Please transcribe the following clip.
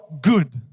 good